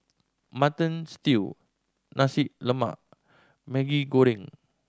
Mutton Stew Nasi Lemak Maggi Goreng